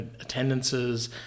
attendances